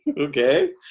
Okay